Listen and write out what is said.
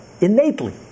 innately